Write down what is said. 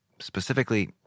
specifically